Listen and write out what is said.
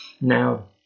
Now